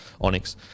onyx